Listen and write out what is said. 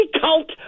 cult